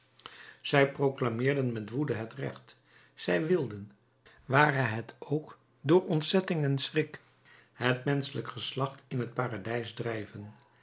zij proclameerden met woede het recht zij wilden ware het ook door ontzetting en schrik het menschelijk geslacht in het paradijs drijven